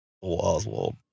Oswald